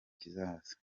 kizaza